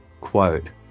Quote